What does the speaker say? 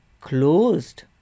closed